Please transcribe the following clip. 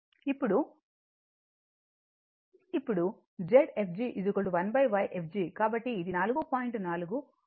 ఇప్పుడు Zfg1Yfg కాబట్టి ఇది 4